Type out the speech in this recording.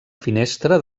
finestra